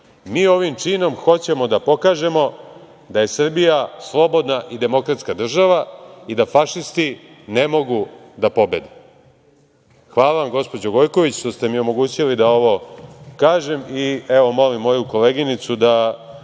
Mi ovim činom hoćemo da pokažemo da je Srbija slobodna i demokratska država i da fašisti ne mogu da pobede. Hvala vam, gospođo Gojković, što ste mi omogućili da ovo kažem. Evo, molim moju koleginicu da